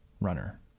runner